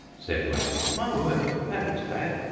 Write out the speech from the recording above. said wag. my word! that looks bad.